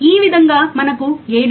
ఈ విధంగా మనకు 7